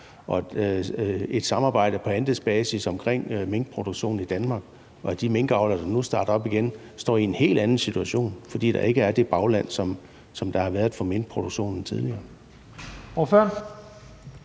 og et samarbejde på andelsbasis omkring minkproduktion i Danmark, og at de minkavlere, der nu starter op igen, står i en helt anden situation, fordi der ikke er det bagland, som der har været for minkproduktion tidligere?